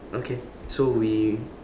okay so we